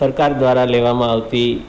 સરકાર દ્વારા લેવામાં આવતી